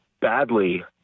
badly